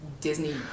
Disney